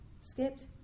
skipped